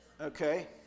Okay